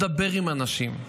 מדבר עם אנשים,